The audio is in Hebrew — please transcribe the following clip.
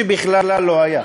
שבכלל לא היה.